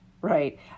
right